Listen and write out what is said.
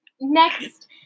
Next